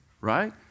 right